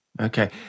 Okay